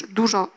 dużo